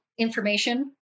information